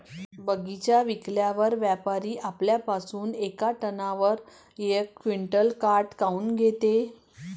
बगीचा विकल्यावर व्यापारी आपल्या पासुन येका टनावर यक क्विंटल काट काऊन घेते?